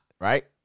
right